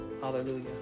Hallelujah